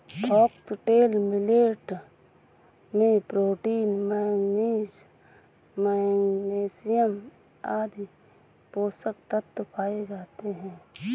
foxtail millet में protein, manganese, magnesium आदि पोषक तत्व पाए जाते है